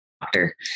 doctor